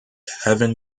heaven